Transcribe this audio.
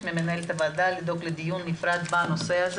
ממנהלת הוועדה לדאוג לדיון נפרד בנושא.